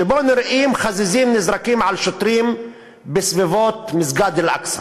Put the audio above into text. שבו נראים חזיזים נזרקים על שוטרים בסביבות מסגד אל-אקצא.